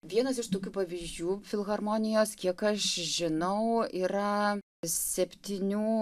vienas iš tokių pavyzdžių filharmonijos kiek aš žinau yra septynių